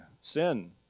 Sin